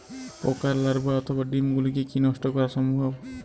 পোকার লার্ভা অথবা ডিম গুলিকে কী নষ্ট করা সম্ভব?